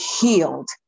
healed